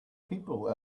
people